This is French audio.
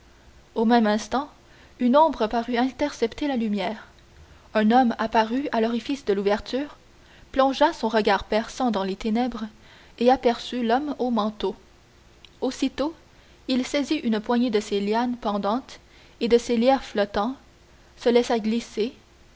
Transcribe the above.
au même instant une ombre parut intercepter la lumière un homme apparut à l'orifice de l'ouverture plongea son regard perçant dans les ténèbres et aperçut l'homme au manteau aussitôt il saisit une poignée de ces lianes pendantes et de ces lierres flottants se laissa glisser